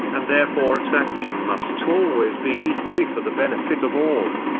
and therefore its action must always be equally for the benefit of all.